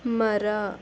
ಮರ